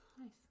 Nice